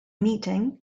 meeting